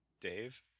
Dave